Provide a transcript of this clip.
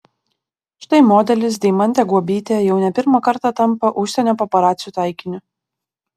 štai modelis deimantė guobytė jau ne pirmą kartą tampa užsienio paparacių taikiniu